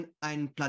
einen